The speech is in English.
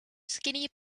skinny